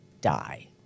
die